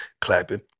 clapping